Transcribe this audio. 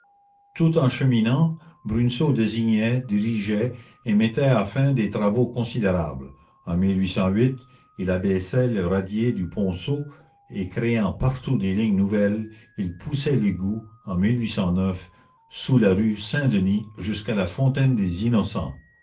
tout en cheminant bruneseau désignait dirigeait et mettait à fin des travaux considérables en il abaissait le radier du ponceau et créant partout des lignes nouvelles il poussait l'égout en sous la rue saint-denis jusqu'à la fontaine des innocents